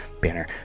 Banner